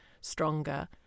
stronger